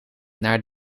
naar